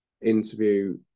interview